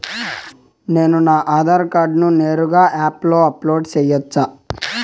నేను నా ఆధార్ కార్డును నేరుగా యాప్ లో అప్లోడ్ సేయొచ్చా?